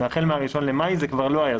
והחל מה-1 במאי זה כבר לא היה.